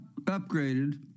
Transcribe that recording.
upgraded